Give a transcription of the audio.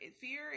fear